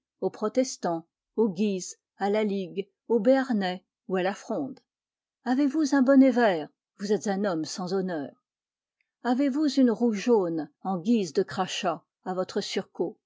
aux protestants aux guises à la ligue au béarnais ou à la fronde avez-vous un bonnet vert vous êtes un homme sans honneur avez-vous une roue jaune en guise de crachat à votre surcot